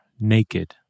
naked